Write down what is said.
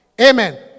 Amen